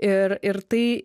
ir ir tai